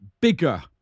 bigger